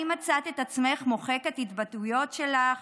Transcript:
האם מצאת את עצמך מוחקת התבטאויות שלך